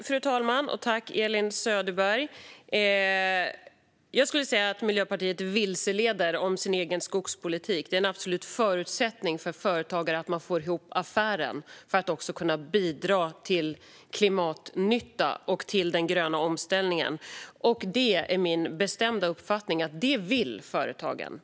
Fru talman! Jag skulle säga att Miljöpartiet vilseleder om sin egen skogspolitik. Det är en absolut förutsättning för företagare att få ihop affären för att de också ska kunna bidra till klimatnytta och till den gröna omställningen. Det är min bestämda uppfattning att företagen vill det.